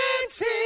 dancing